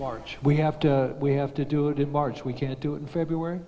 large we have to we have to do it in march we can't do it in february